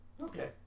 Okay